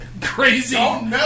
crazy